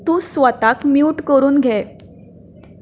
तूं स्वताक म्युट करून घे